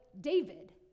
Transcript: David